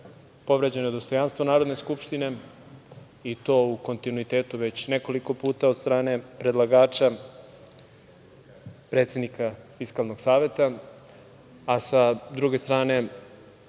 107.Povređeno je dostojanstvo Narodne skupštine i to u kontinuitetu već nekoliko puta od strane predlagača, predsednika Fiskalnog saveta. Sa druge strane